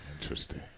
Interesting